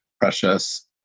precious